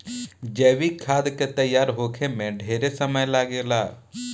जैविक खाद के तैयार होखे में ढेरे समय लागेला